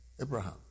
Abraham